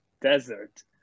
desert